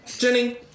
Jenny